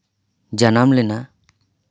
ᱡᱟᱱᱟᱢ ᱞᱮᱱᱟ